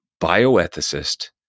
bioethicist